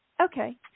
Okay